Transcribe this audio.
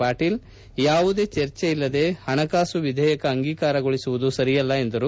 ಪಾಟೀಲ್ ಯಾವುದೇ ಚರ್ಚೆ ಇಲ್ಲದೆ ಪಣಕಾಸು ವಿಧೇಯಕ ಅಂಗೀಕಾರಗೊಳಿಸುವುದು ಸರಿಯಲ್ಲ ಎಂದರು